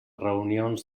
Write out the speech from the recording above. reunions